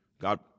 God